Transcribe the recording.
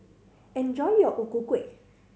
enjoy your O Ku Kueh